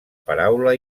paraula